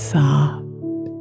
soft